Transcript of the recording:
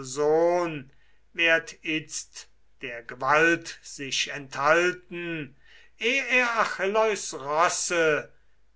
sohn werd itzt der gewalt sich enthalten eh er achilleus rosse